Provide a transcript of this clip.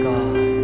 God